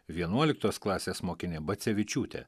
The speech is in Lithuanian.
vienuoliktos klasės mokinė bacevičiūtė